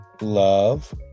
love